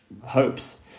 hopes